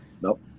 nope